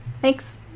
thanks